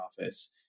office